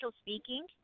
speaking